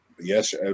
Yes